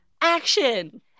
action